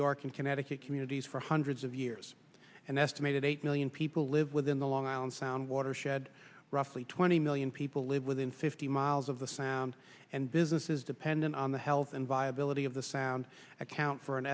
york and connecticut communities for hundreds of years an estimated eight million people live within the long island sound watershed roughly twenty million people live within fifty miles of the sound and business is dependent on the health and viability of the sound account for an